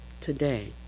today